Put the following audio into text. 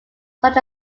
such